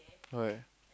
okay